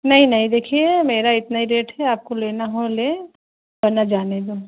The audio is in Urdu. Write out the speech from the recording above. نہیں نہیں دیکھیے میرا اتنا ہی ریٹ ہے آپ کو لینا ہو لیں ورنہ جانے دیں